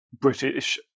British